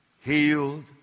healed